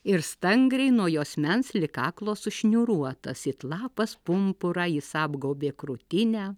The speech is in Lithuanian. ir stangriai nuo juosmens lig kaklo sušniūruotas it lapas pumpurą jis apgaubė krūtinę